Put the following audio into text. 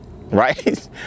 right